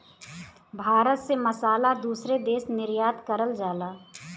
भारत से मसाला दूसरे देश निर्यात करल जाला